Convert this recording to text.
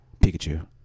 Pikachu